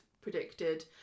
predicted